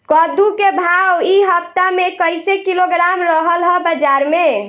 कद्दू के भाव इ हफ्ता मे कइसे किलोग्राम रहल ह बाज़ार मे?